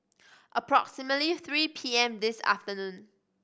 approximately three P M this afternoon